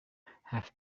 have